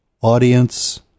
audience